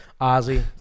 Ozzy